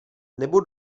nebo